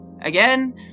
Again